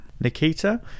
Nikita